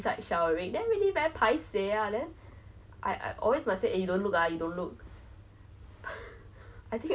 I went to um not bangkok what's that Hua Hin and not sure I went to thailand with my best friend